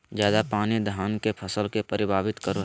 ज्यादा पानी धान के फसल के परभावित करो है?